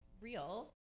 real